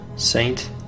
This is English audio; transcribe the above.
Saint